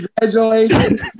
congratulations